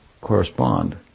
correspond